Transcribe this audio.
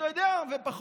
אתה יודע,